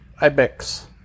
ibex